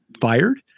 fired